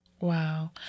Wow